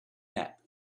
nap